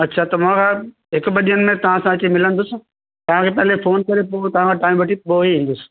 अछा त मां हिकु ॿ ॾींहनि में तव्हां सां अची मिलंदुसि तव्हांखे पहिले फ़ोन करे तव्हां खां टाइम वठी पोइ ई ईंदुसि